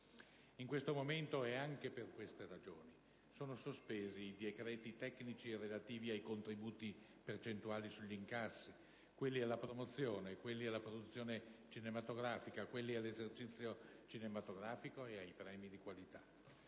in questo momento, ed anche per queste ragioni, sono sospesi i decreti tecnici relativi ai contributi percentuali sugli incassi, quelli alla promozione, quelli alla produzione cinematografica, quelli all'esercizio cinematografico e ai premi di qualità.